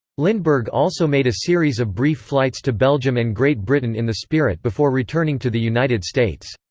lindbergh also made a series of brief flights to belgium and great britain in the spirit before returning to the united states.